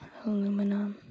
aluminum